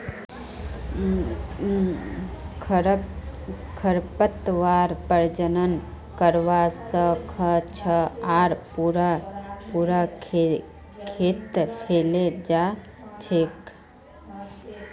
खरपतवार प्रजनन करवा स ख छ आर पूरा खेतत फैले जा छेक